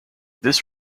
this